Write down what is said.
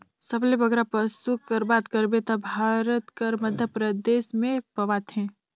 सबले बगरा पसु कर बात करबे ता भारत कर मध्यपरदेस में पवाथें